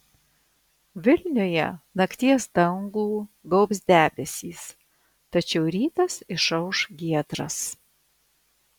vilniuje nakties dangų gaubs debesys tačiau rytas išauš giedras